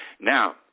now